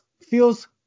feels